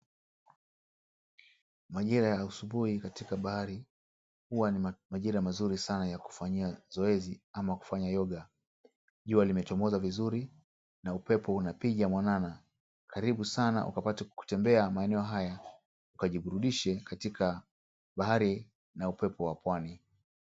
Majira ya asubuhi katika bahari. Huwa ni majira mazuri sana ya kufanyia zoezi ama kufanyia yoga. Jua limechomoza vizuri na upepo unapiga mwanana. Karibu sana ukapate kutembea maeneo haya ukajiburudishe katika bahari na upepo wa pwani.